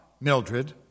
Mildred